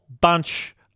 bunch